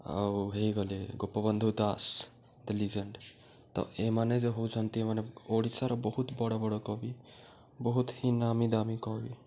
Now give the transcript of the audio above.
ଆଉ ହେଇଗଲେ Gopabandhu Das the legend ତ ଏମାନେ ଯୋ ହଉଛନ୍ତି ଏମାନେ ଓଡ଼ିଶାର ବହୁତ ବଡ଼ ବଡ଼ କବି ବହୁତ ହିଁ ନାମି ଦାମୀ କବି